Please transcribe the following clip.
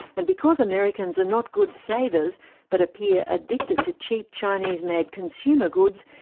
and because americans are not good savers but appear addicted to cheap chinese-made consumer goods,